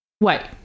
wait